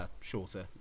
shorter